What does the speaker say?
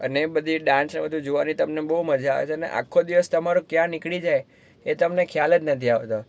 અને એ બધી ડાન્સને બધું જોવાની તમને બહુ મજા આવે છે ને આખો દિવસ તમારો ક્યાં નીકળી જાય એ તમને ખ્યાલ જ નથી આવતો